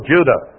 Judah